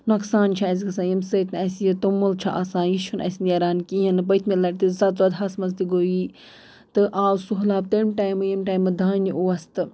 نۄقصان چھُ اَسہِ گَژھان ییٚمہِ سۭتۍ نہٕ اَسہِ یہِ توٚمُل چھُ آسان یہِ چھُنہٕ اَسہِ نیران کِہیٖنٛۍ نہٕ پٔتۍمہِ لَٹہِ تہِ زٕ ساس ژۄداہس منٛز تہِ گوٚو یی تہٕ آو سہلاب تَمہِ ٹایمہٕ ییٚمہِ ٹایمہٕ دانہِ اوس تہٕ